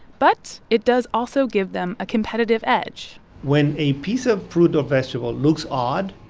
but it does also give them a competitive edge when a piece of fruit or vegetable looks odd,